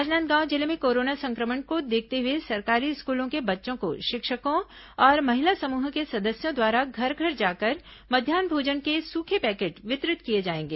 राजनांदगांव जिले में कोरोना संक्रमण को देखते हुए सरकारी स्कूलों के बच्चों को शिक्षकों और महिला समूहों के सदस्यों द्वारा घर घर जाकर मध्यान्ह भोजन के सूखे पैकेट वितरित किए जाएंगे